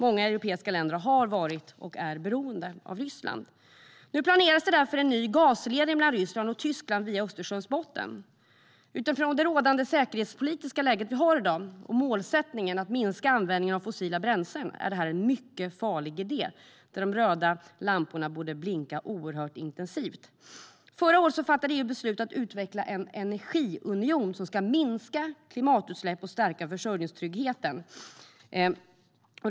Många europeiska länder har varit och är beroende av Ryssland. Nu planeras det därför en ny gasledning mellan Ryssland och Tyskland via Östersjöns botten. Utifrån det rådande säkerhetspolitiska läget i dag och målsättningen att minska användningen av fossila bränslen är det en mycket farlig idé. De röda lamporna borde blinka oerhört intensivt. Förra året fattade EU beslut om att utveckla en energiunion som ska minska klimatutsläppen och stärka försörjningstryggheten.